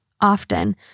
often